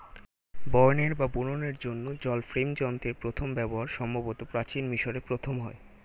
বয়নের বা বুননের জন্য জল ফ্রেম যন্ত্রের প্রথম ব্যবহার সম্ভবত প্রাচীন মিশরে প্রথম হয়